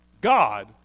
God